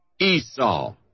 Esau